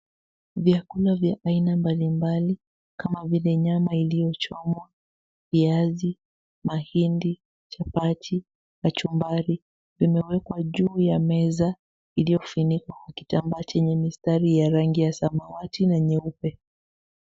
Vyakula vya aina mbalimbali kama vile nyama iliyochomwa ,viazi, mahindi , chapati, kachumbari, vimewekwa juu ya meza iliyofunikwa kitambaa chenye rangi ya samawati na nyeupe.